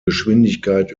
geschwindigkeit